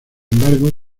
embargo